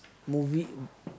movie